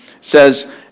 says